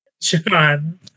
John